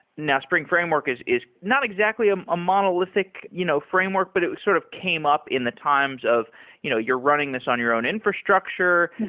now, spring framework is is not exactly um a monolithic you know framework, but it sort of came up in the times of you know you're running this on your own infrastructure,